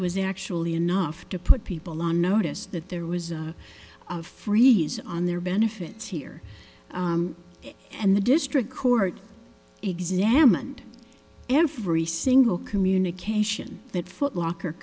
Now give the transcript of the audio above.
was actually enough to put people on notice that there was a freak on their benefits here and the district court examined every single communication that footlocker